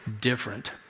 different